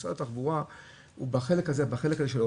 משרד התחבורה הוא בחלק הזה שלו,